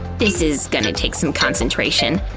this is gonna take some concentration.